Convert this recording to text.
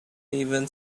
even